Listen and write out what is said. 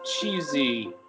cheesy